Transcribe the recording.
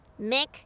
Mick